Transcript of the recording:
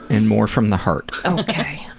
and more from the heart. ok!